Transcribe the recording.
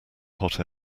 hot